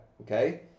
okay